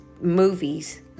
movies